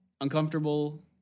uncomfortable